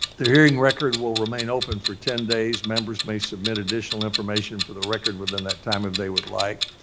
the hearing record will remain open for ten days. members may submit additional information for the record within that time, if they would like.